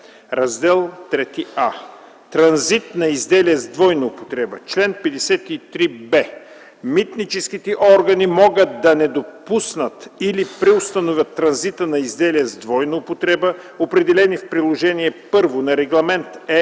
„Раздел IIIа Транзит на изделия с двойна употреба Чл. 53б. Митническите органи могат да не допуснат или преустановят транзита на изделия с двойна употреба, определени в Приложение I на Регламент